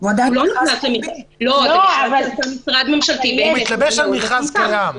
זה מכרז שעשה משרד ממשלתי --- הוא מתלבש על מכרז קיים.